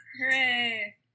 Hooray